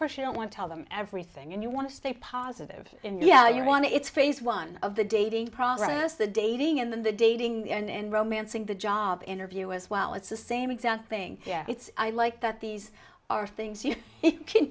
course you don't want to tell them everything and you want to stay positive and yeah you want to it's phase one of the dating process the dating in the dating the end romancing the job interview as well it's the same exact thing yeah it's i like that these are things you can